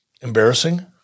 Embarrassing